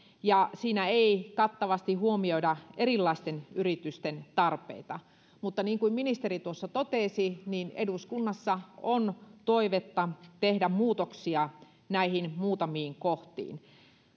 ja siinä ei kattavasti huomioida erilaisten yritysten tarpeita mutta niin kuin ministeri tuossa totesi eduskunnassa on toivetta tehdä muutoksia näihin muutamiin kohtiin